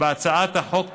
בהצעת החוק תישמר,